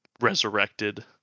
resurrected